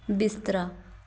ਬਿਸਤਰਾ